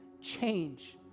change